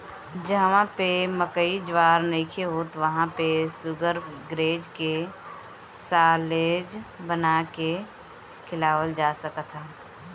जहवा पे मकई ज्वार नइखे होत वहां पे शुगरग्रेज के साल्लेज बना के खियावल जा सकत ह